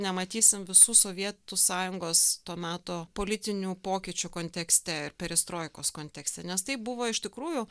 nematysim visų sovietų sąjungos to meto politinių pokyčių kontekste perestroikos kontekste nes tai buvo iš tikrųjų